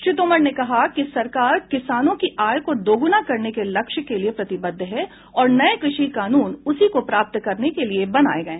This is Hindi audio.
श्री तोमर ने कहा कि सरकार किसानों की आय को दोगुना करने के लक्ष्य के लिए प्रतिबद्ध है और नए कृषि कानून उसी को प्राप्त करने के लिए बनाये गए हैं